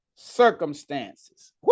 circumstances